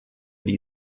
die